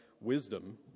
wisdom